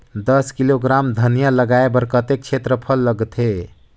दस किलोग्राम धनिया लगाय बर कतेक क्षेत्रफल लगथे?